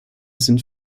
sind